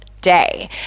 day